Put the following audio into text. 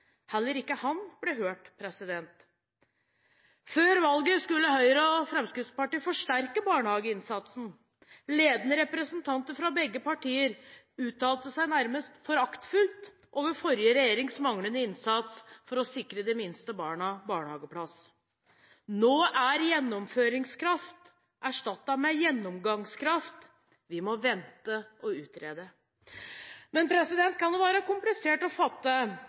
Heller ikke han ble hørt. Før valget skulle Høyre og Fremskrittspartiet forsterke barnehageinnsatsen. Ledende representanter fra begge partier uttalte seg nærmest foraktfullt over forrige regjerings manglende innsats for å sikre de minste barna barnehageplass. Nå er gjennomføringskraft erstattet med gjennomgangskraft – vi må vente og utrede. Kan det være komplisert å fatte